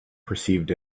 perceived